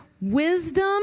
wisdom